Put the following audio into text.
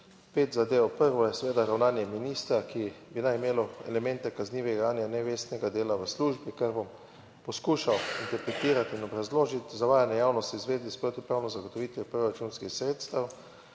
pet zadev. Prvo je seveda ravnanje ministra, ki bi naj imelo elemente kaznivega dejanja nevestnega dela v službi, kar bom poskušal interpretirati in obrazložiti zavajanje javnosti v zvezi s proti pravno zagotovitvijo proračunskih sredstev,